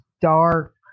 dark